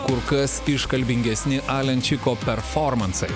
kur kas iškalbingesni alenčiko performansai